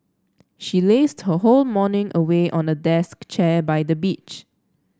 she lazed her whole morning away on a deck chair by the beach